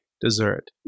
dessert